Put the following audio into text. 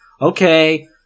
okay